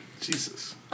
Jesus